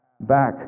back